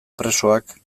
presoak